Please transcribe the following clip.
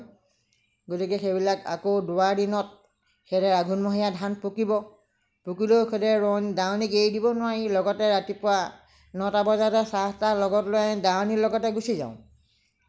গতিকে সেইবিলাক আকৌ দোৱাৰ দিনত সেইদৰে আঘোণ মহীয়া ধান পকিব পকিলেও সেইদৰে ৰোৱনী দাৱনীক এৰি দিব নোৱাৰি লগতে ৰাতিপুৱা নটা বজাতে চাহ তাহ লগত লৈ দাৱনী লগতে গুচি যাওঁ